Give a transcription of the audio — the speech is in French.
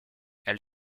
elle